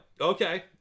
okay